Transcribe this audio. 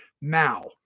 now